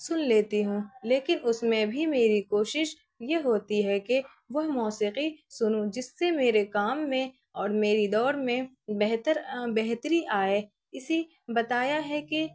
سن لیتی ہوں لیکن اس میں بھی میری کوشش یہ ہوتی ہے کہ وہ موسیقی سنوں جس سے میرے کام میں اور میری دوڑ میں بہتر بہتری آئے اسی بتایا ہے کہ